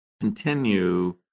continue